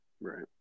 Right